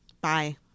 Bye